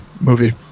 movie